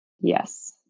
Yes